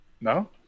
No